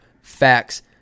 facts